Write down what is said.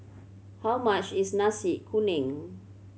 how much is Nasi Kuning